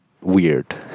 weird